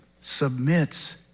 submits